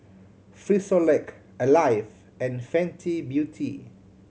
Frisolac Alive and Fenty Beauty